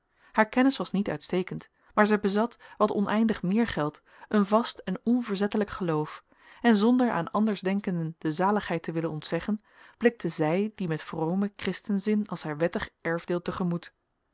haar kennis was niet uitstekend maar zij bezat wat oneindig meer geldt een vast en onverzettelijk geloof en zonder aan andersdenkenden de zaligheid te willen ontzeggen blikte zij die met vromen christenzin als haar wettig erfdeel